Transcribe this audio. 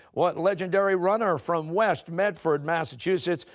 what legendary runner from west medford, massachusetts,